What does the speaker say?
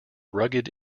rugged